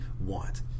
want